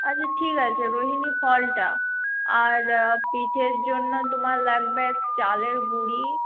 আচ্ছা ঠিক আছে রোহিনী ফলটা আর পিঠের জন্য তোমার লাগবে চালের গুঁড়ি